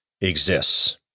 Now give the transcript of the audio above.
exists